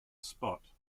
spot